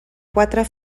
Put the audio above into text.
quatre